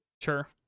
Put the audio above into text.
sure